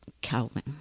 Calvin